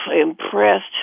impressed